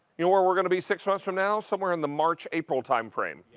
you know where we're going to be six months from now? somewhere in the march april time frame.